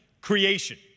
creation